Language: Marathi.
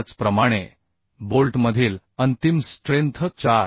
त्याचप्रमाणे बोल्टमधील अंतिम स्ट्रेंथ 4